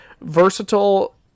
versatile